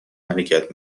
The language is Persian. حرکت